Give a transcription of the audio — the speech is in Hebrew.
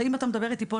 האם אתה מדבר איתי פה,